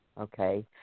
Okay